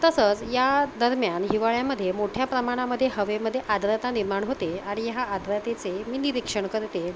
तसंच या दरम्यान हिवाळ्यामध्ये मोठ्या प्रमाणामध्ये हवेमध्ये आद्रता निर्माण होते आणि ह्या आद्रतेचे मी निरिक्षण करते